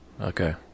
Okay